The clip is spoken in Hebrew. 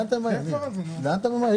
שומעים ורואים, כן.